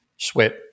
sweat